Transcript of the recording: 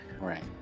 Right